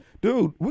dude